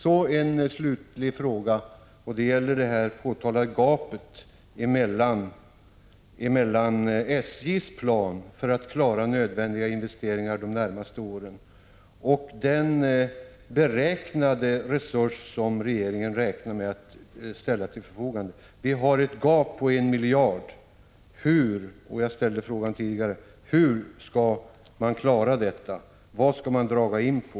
Slutligen vill jag ställa en fråga beträffande det påtalade gapet mellan SJ:s plan för att klara nödvändiga investeringar de närmaste åren och den resurs som regeringen räknar med att ställa till förfogande. Här har vi ett gap på 1 miljard. Hur skall man klara att överbrygga det gapet? Vad skall man dra in på?